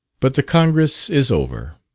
but the congress is over,